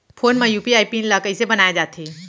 Phone म UPI PIN ल कइसे बनाये जाथे?